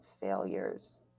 failures